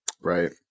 Right